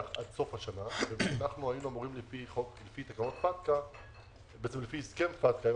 עד סוף השנה אנחנו היינו אמורים לפי הסכם פטקא עם